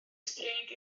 stryd